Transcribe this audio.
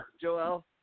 Joel